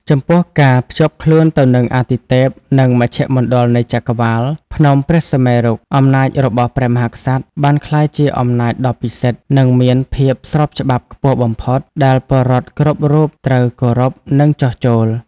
ចំពោះ ការភ្ជាប់ខ្លួនទៅនឹងអាទិទេព និងមជ្ឈមណ្ឌលនៃចក្រវាឡ ភ្នំព្រះសុមេរុ អំណាចរបស់ព្រះមហាក្សត្របានក្លាយជាអំណាចដ៏ពិសិដ្ឋ និងមានភាពស្របច្បាប់ខ្ពស់បំផុត ដែលពលរដ្ឋគ្រប់រូបត្រូវគោរព និងចុះចូល។